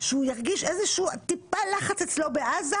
שהוא ירגיש טיפה לחץ אצלו בעזה